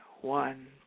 One